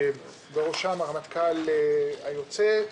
בראשם הרמטכ"ל היוצא,